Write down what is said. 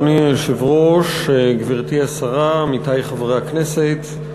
אדוני היושב-ראש, גברתי השרה, עמיתי חברי הכנסת,